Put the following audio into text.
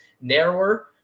narrower